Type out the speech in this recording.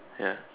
ya